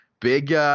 big